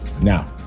Now